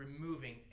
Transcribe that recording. removing